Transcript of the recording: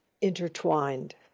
intertwined